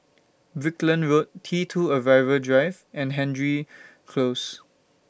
Brickland Road T two Arrival Drive and Hendry Close